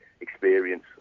experience